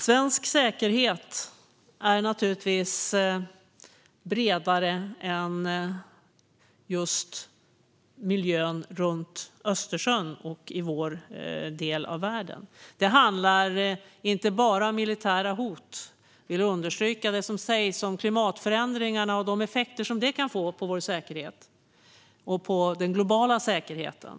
Svensk säkerhet är naturligtvis bredare än miljön runt just Östersjön och i vår del av världen. Det handlar inte bara om militära hot. Jag vill understryka det som sägs om klimatförändringarna och de effekter som det kan få på vår säkerhet och den globala säkerheten.